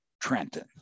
trenton